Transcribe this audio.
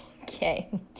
Okay